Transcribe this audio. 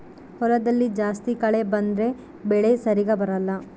ಹೊಲದಲ್ಲಿ ಜಾಸ್ತಿ ಕಳೆ ಬಂದ್ರೆ ಬೆಳೆ ಸರಿಗ ಬರಲ್ಲ